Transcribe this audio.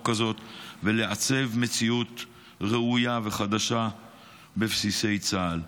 הזאת ולעצב מציאות ראויה וחדשה בבסיסי צה"ל.